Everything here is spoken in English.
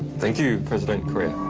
thank you, president correa.